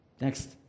Next